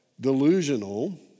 delusional